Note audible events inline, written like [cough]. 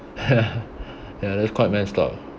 [laughs] ya that's quite messed up